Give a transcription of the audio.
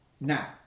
Now